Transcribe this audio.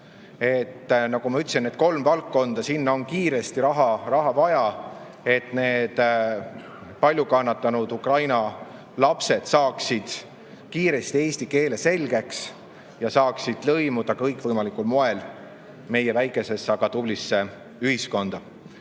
Nagu ma ütlesin, on kolm valdkonda, kuhu on kiiresti raha vaja, et need palju kannatanud Ukraina lapsed saaksid kiiresti eesti keele selgeks ja saaksid lõimuda kõikvõimalikul moel meie väikesesse, aga tublisse ühiskonda.